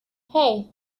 hey